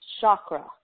chakra